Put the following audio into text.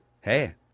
Hey